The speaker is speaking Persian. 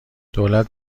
دولت